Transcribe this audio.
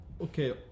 Okay